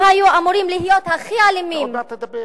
הם היו אמורים להיות הכי אלימים